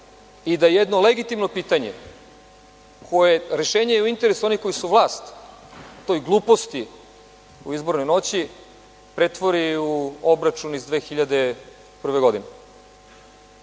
i da jedno legitimno pitanje, a rešenje je u interesu onih koji su u vlasti, o toj gluposti u izbornoj noći pretvori u obračun iz 2001. godine. Naš